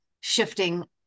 shifting